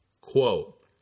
Quote